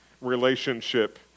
relationship